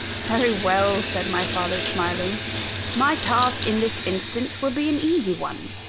very well, said my father smiling my task in this instance will be an easy one.